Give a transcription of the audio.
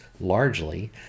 largely